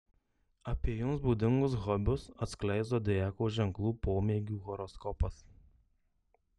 apie jums būdingus hobius atskleis zodiako ženklų pomėgių horoskopas